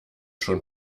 schon